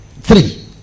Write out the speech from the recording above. Three